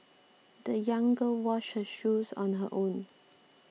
the young girl washed her shoes on her own